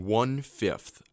one-fifth